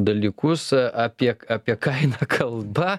dalykus apie apie ką eina kalba